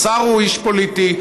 השר הוא איש פוליטי,